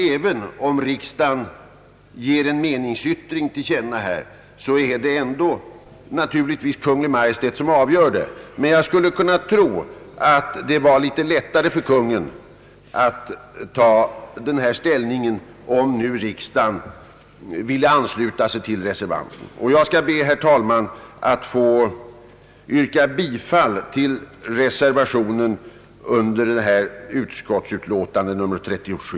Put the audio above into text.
Även om riksdagen ger en mening till känna, är det naturligtvis ändå Kungl. Maj:t som avgör frågan. Jag skulle dock tro att det vore lättare för Kungl. Maj:t att ta ställning, om riksdagen ville ansluta sig till reservanten. Jag ber därför, herr talman, att få yrka bifall till reservationen vid detta utskotts utlåtande nr 37.